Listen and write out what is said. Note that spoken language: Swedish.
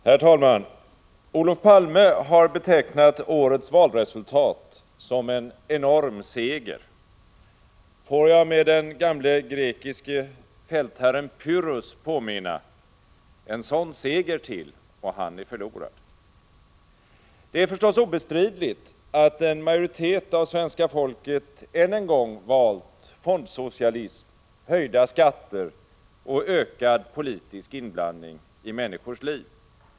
Herr talman! Olof Palme har betecknat årets valresultat som en enorm seger. Får jag med den gamle grekiske fältherren Pyrrhus påminna: En sådan seger till, och han är förlorad! Det är förstås obestridligt att en majoritet av svenska folket än en gång valt fondsocialism, höjda skatter och ökad politisk inblandning i människors liv.